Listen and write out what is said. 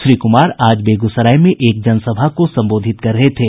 श्री कुमार आज बेगूसराय में एक जनसभा को संबोधित कर रहे थे